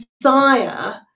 desire